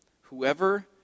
Whoever